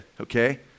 okay